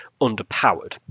underpowered